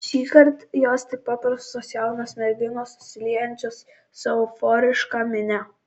šįkart jos tik paprastos jaunos merginos susiliejančios su euforiška minia